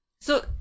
So-